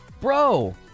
Bro